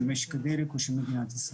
של משק הדלק ושל מדינת ישראל.